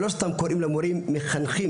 לא סתם קוראים למורה בשם מחנך.